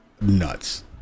nuts